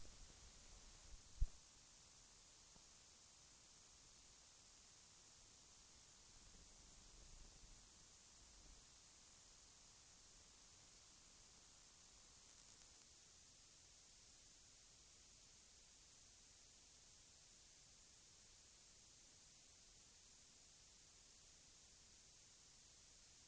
Dels är länsplanering inte något instrument för konkreta åtgärder, dels har regeringen tvingat länet till begränsning av befolkningsramarna, vilket begränsar kommunens möjligheter även ur planeringssynpunkt. Kan industriministern lova att Ljusnarsbergs kommun får samma behandling som kommuner inom stödområdet?